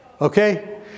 Okay